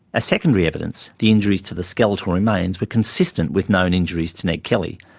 as secondary evidence, the injuries to the skeletal remains were consistent with known injuries to ned kelly,